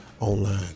online